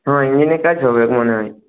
হ্যাঁ ইঞ্জিনের কাজ হবে মনে হয়